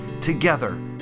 together